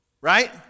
Right